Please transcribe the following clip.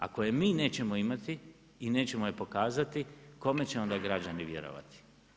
Ako je mi nećemo imati i nećemo je pokazati kome će onda građani vjerovati?